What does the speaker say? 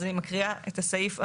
אז אני מקריאה את הסעיף המאוחד.